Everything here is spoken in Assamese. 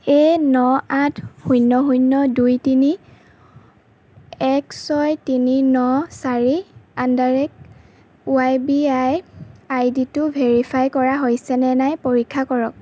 এই ন আঠ শূন্য শূন্য দুই তিনি এক ছয় তিনি ন চাৰি and the rate U P I I ডিটো ভেৰিফাই কৰা হৈছেনে নাই পৰীক্ষা কৰক